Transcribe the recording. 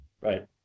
Right